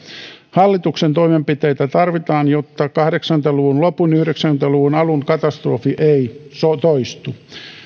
hallituksen toimenpiteitä tarvitaan jotta kahdeksankymmentä luvun lopun yhdeksänkymmentä luvun alun katastrofi ei toistu